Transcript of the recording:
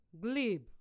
glib